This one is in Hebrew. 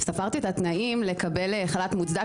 הקטנצ'יק הוא בן חודש וחצי,